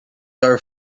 are